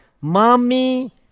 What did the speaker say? Mommy